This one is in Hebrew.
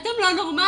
אתם לא נורמליים.